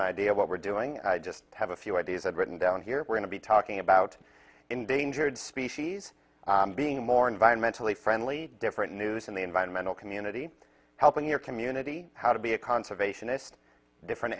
idea of what we're doing and i just have a few ideas i've written down here we're going to be talking about endangered species being more environmentally friendly different news in the environmental community helping your community how to be a conservationist different